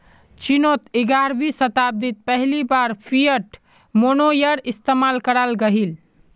चिनोत ग्यारहवीं शाताब्दित पहली बार फ़िएट मोनेय्र इस्तेमाल कराल गहिल